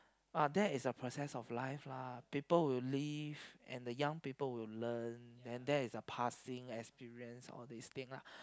uh that is a process of life lah people will leave and the young people will learn then that is the passing experience all this thing lah